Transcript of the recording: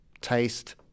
taste